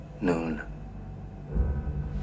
noon